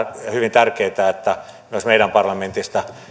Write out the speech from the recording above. tärkeätä että myös meidän parlamentista